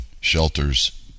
shelters